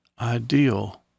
ideal